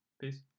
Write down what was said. Peace